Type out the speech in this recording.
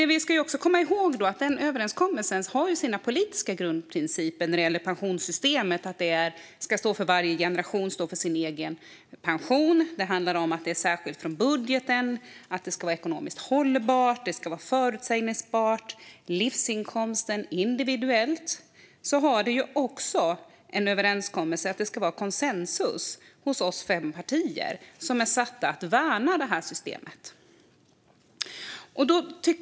Men vi ska komma ihåg att den överenskommelsen har sina politiska grundprinciper när det gäller pensionssystemet. Det handlar om att varje generation ska stå för sin egen pension, att det ska särskiljas från budgeten och att det ska vara ekonomiskt hållbart och förutsägbart när det gäller livsinkomsten och individuellt. Men vi har också en överenskommelse om att det ska råda konsensus mellan oss fem partier som är satta att värna systemet.